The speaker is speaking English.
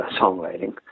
songwriting